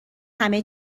همه